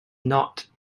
not